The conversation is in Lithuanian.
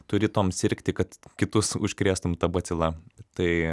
turi tuom sirgti kad kitus užkrėstum ta bacila tai